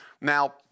Now